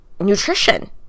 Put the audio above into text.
nutrition